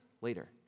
later